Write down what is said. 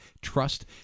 trust